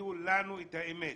ותגידו לנו את האמת.